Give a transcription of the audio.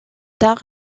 tard